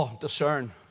discern